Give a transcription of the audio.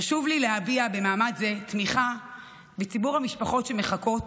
חשוב לי להביע במעמד זה תמיכה בציבור המשפחות שמחכות,